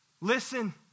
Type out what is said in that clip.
listen